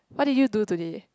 what did you do today